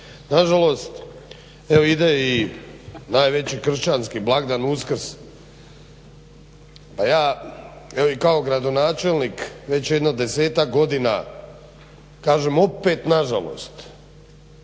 Nažalost, evo ide i najveći kršćanski blagdan Uskrs. Pa ja evo i kao gradonačelnik već jedno 10-ak godina kažem opet nažalost